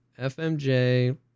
FMJ